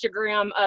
Instagram